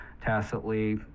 tacitly